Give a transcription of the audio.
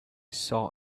saw